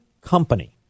company